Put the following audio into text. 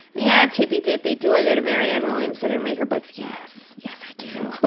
yeah tippy tippy. do i go to marianne williamson and read her books? yes, yes, i do. but